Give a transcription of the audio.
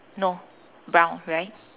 no brown right